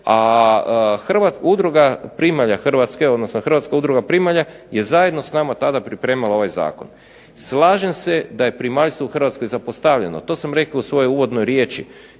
Hrvatska udruga primalja je zajedno s nama tada pripremala ovaj zakon. Slažem se da je primaljstvo u Hrvatskoj zapostavljeno, to sam rekao u svojoj uvodnoj riječi,